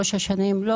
לא